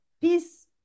peace